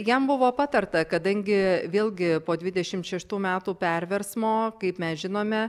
jam buvo patarta kadangi vėlgi po dvidešim šeštų metų perversmo kaip mes žinome